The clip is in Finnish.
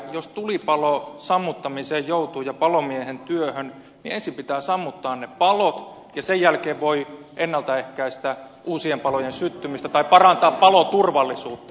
jos tulipalon sammuttamiseen joutuu ja palomiehen työhön niin ensin pitää sammuttaa ne palot ja sen jälkeen voi ennaltaehkäistä uusien palojen syttymistä tai parantaa paloturvallisuutta